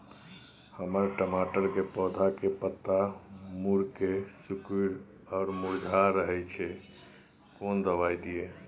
हमर टमाटर के पौधा के पत्ता मुड़के सिकुर आर मुरझाय रहै छै, कोन दबाय दिये?